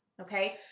Okay